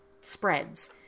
spreads